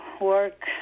work